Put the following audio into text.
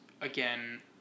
again